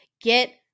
get